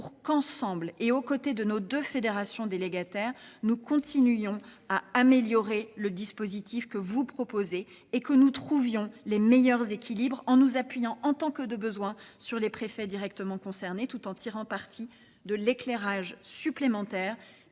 pour qu'ensemble et aux côtés de nos deux fédérations délégataires, nous continuions à améliorer le dispositif que vous proposez et que nous trouvions les meilleurs équilibres en nous appuyant en tant que de besoin sur les préfets directement concernés tout en tirant parti de l'éclairage supplémentaire